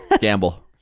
Gamble